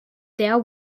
there